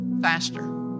faster